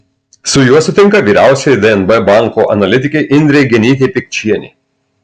su juo sutinka vyriausioji dnb banko analitikė indrė genytė pikčienė